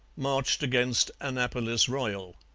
marched against annapolis royal.